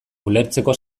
ulertzeko